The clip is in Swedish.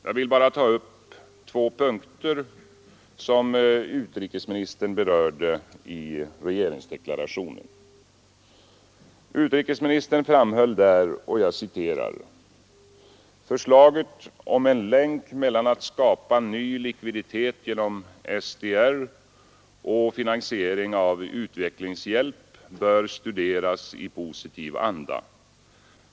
Jag vill bara ta upp två punkter som utrikesministern berörde i sitt anförande. Utrikesministern framhöll där: ”Förslaget om en länk mellan att skapa ny likviditet genom SDR” — speciella dragningsrätter — ”och finansiering av utvecklingshjälp bör studeras i positiv anda.